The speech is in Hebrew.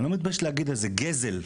אני לא מתבייש להגיד את זה, גזל.